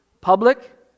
public